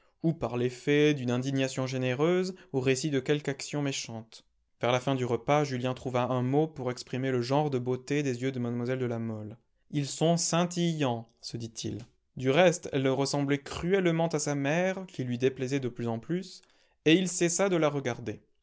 ou par l'effet d'une indignation généreuse au récit de quelque action méchante vers la fin du repas julien trouva un mot pour exprimer le genre de beauté des yeux de mlle de la mole ils sont scintillants se dit-il du reste elle ressemblait cruellement à sa mère qui lui déplaisait de plus en plus et il cessa de la regarder